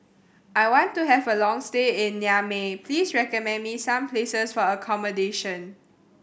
I want to have a long stay in Niamey please recommend me some places for accommodation